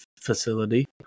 facility